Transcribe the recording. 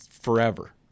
forever